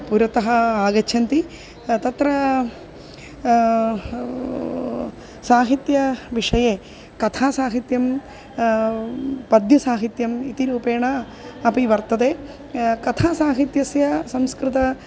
पुरतः आगच्छन्ति तत्र साहित्यविषये कथासाहित्यं पद्यसाहित्यम् इति रूपेण अपि वर्तते कथासाहित्यस्य संस्कृतम्